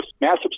massive